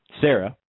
Sarah